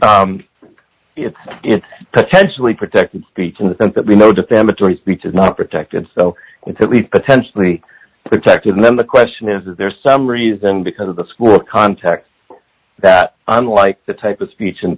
potentially protected speech in the sense that we know defamatory speech is not protected so it's at least potentially protected and then the question is is there some reason because of the school context that unlike the type of speech and